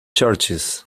churches